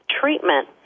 treatment